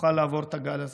שנוכל לעבור את הגל הזה.